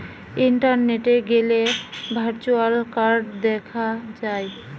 ইন্টারনেটে গ্যালে virtual card দেখা যায়